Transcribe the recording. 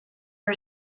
are